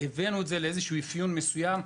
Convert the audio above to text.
הבאנו את זה לאיזשהו אפיון מסוים.